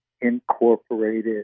incorporated